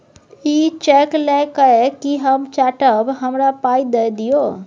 इ चैक लए कय कि हम चाटब? हमरा पाइ दए दियौ